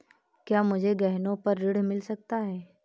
क्या मुझे गहनों पर ऋण मिल सकता है?